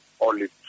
olive